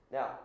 Now